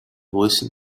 listen